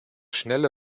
schnelle